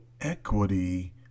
equity